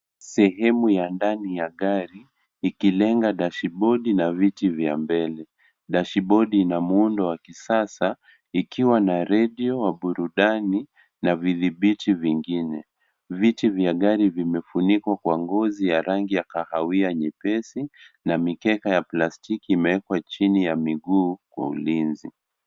Sehemu ya ndani ya gari, ikilenga dashibodi na viti vye mbele. Dashibodi ina muundo wa kisasa ikiwa na redio ya burudani na vidhibiti vingine. Viti vya gari vimefunikwa kwa rangi ya kahawia nyepesi na mikeka ya plastiki imewekwa chini ya miguu kwa ulinzi.